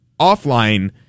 offline